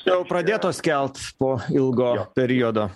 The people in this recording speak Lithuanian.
jau pradėtos kelt po ilgo periodo